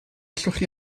allwch